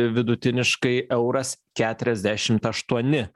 vidutiniškai euras keturiasdešim aštuoni